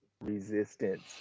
resistance